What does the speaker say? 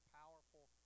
powerful